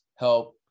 help